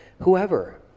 whoever